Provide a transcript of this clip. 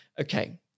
okay